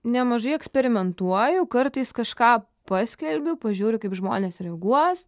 nemažai eksperimentuoju kartais kažką paskelbiu pažiūriu kaip žmonės reaguos